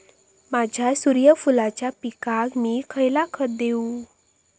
माझ्या सूर्यफुलाच्या पिकाक मी खयला खत देवू?